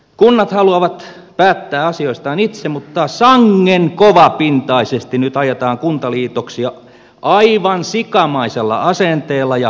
kunnat haluavat päättää asioistaan itse mutta sangen kovapintaisesti nyt ajetaan kuntaliitoksia aivan sikamaisella asenteella ja kiireellä